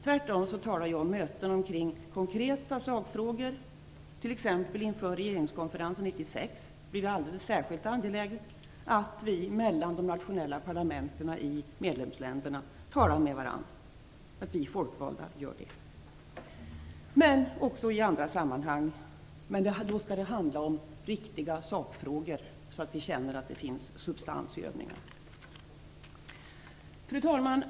Tvärtom talar jag om möten omkring konkreta sakfrågor. Det blir t.ex. inför regeringskonferensen 1996 alldeles särskilt angeläget att vi folkvalda talar med varandra mellan de nationella parlamenten i medlemsländerna. Det är angeläget också i andra sammanhang. Det skall handla om riktiga sakfrågor, så att vi känner att det finns substans i övningarna. Fru talman!